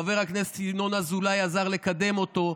חבר הכנסת ינון אזולאי עזר לקדם אותו,